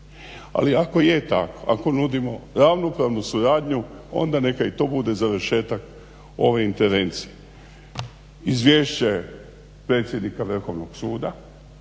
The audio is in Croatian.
Ali ako je tako ako nudimo ravnopravnu suradnju onda neka i to bude završetak ove intervencije. Izvješće predsjednika Vrhovnog suda,